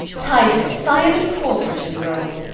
titus, i am incorporate in rome,